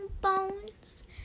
bones